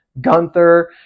Gunther